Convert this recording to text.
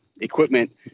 equipment